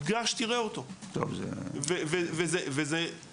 גש תראה אותו, וזה מטורף.